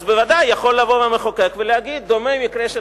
אז בוודאי יכול לבוא המחוקק ולהגיד: דומה המקרה של